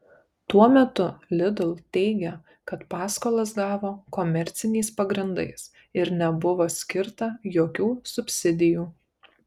tuo metu lidl teigia kad paskolas gavo komerciniais pagrindais ir nebuvo skirta jokių subsidijų